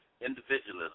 individualism